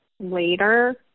later